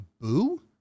boo